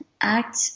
ACT